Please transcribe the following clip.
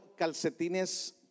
calcetines